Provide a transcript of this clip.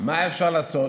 מה אפשר לעשות?